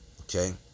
Okay